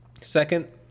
Second